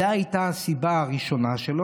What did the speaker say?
זו הייתה הסיבה הראשונה שלו.